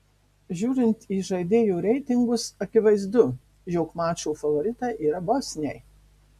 žiūrint į žaidėjų reitingus akivaizdu jog mačo favoritai yra bosniai